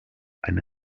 eine